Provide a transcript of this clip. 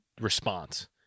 response